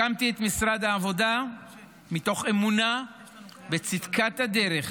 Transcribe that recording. הקמתי את משרד העבודה מתוך אמונה בצדקת הדרך,